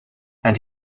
and